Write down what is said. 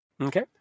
Okay